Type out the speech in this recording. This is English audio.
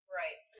right